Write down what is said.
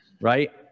right